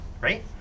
right